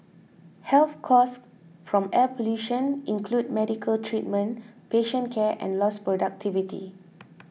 health costs from air pollution include medical treatment patient care and lost productivity